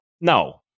No